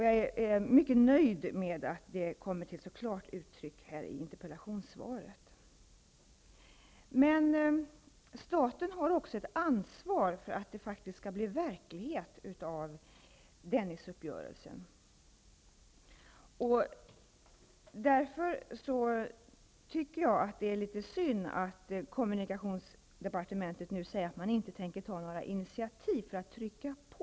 Jag är mycket nöjd med att det uttrycks så klart i interpellationssvaret. Men staten har också ett ansvar för att Dennisuppgörelsen skall bli verklighet. Därför tycker jag att det är litet synd att kommunikationsdepartementet säger att man inte tänker ta några initiativ för att trycka på.